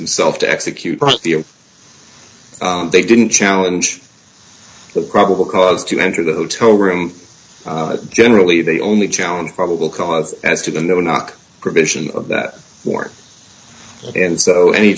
himself to execute the they didn't challenge the probable cause to enter the hotel room generally they only challenge probable cause as to the no knock provision of that war and so any